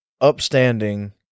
upstanding